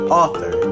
author